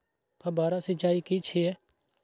फव्वारा सिंचाई की छिये?